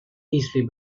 easily